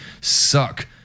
suck